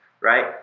right